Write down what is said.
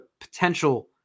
potential